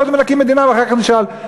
קודם נקים מדינה ואחר כך נשאל.